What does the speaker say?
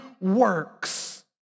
works